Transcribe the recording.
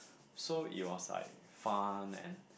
so it was like fun and